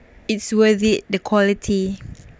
it's worth it the quality